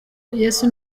yesu